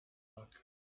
luck